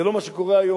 זה לא מה שקורה היום,